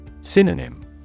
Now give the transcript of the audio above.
Synonym